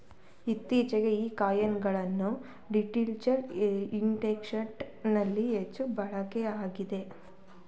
ಇತ್ತೀಚೆಗೆ ಈ ಕಾಯಿನ್ ಗಳನ್ನ ಡಿಜಿಟಲ್ ಇನ್ವೆಸ್ಟ್ಮೆಂಟ್ ನಲ್ಲಿ ಹೆಚ್ಚು ಬಳಕೆಯಲ್ಲಿದೆ